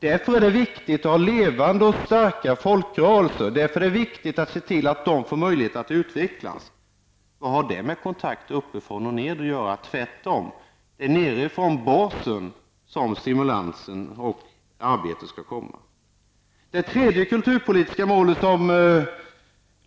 Därför är det viktigt att ha levande och starka folkrörelser, och samtidigt se till att de får möjlighet att utvecklas. Vad har det med kontakt uppifrån och ned att göra? Tvärtom, stimulansen och arbetet skall komma nerifrån basen.